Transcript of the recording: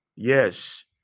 yes